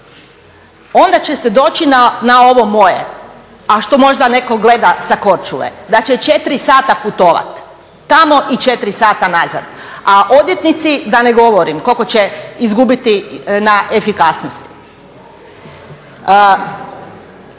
Onda će se doći na ovo moje, a što možda neko gleda sa Korčule, da će četiri sata putovat i četiri sata nazad. A odvjetnici da ne govorim koliko će izgubiti na efikasnosti.